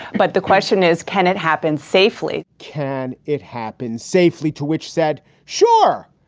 but the question is, can it happen safely? can it happen safely? to which said sure.